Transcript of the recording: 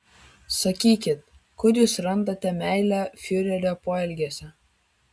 sakykit kur jūs randate meilę fiurerio poelgiuose